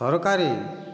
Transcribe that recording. ସରକାରୀ